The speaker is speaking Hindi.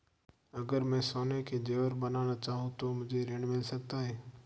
अगर मैं सोने के ज़ेवर बनाना चाहूं तो मुझे ऋण मिल सकता है?